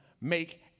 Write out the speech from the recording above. make